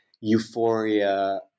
euphoria